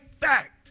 fact